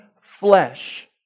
flesh